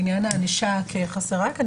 לעניין הענישה כחסרה כאן.